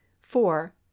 four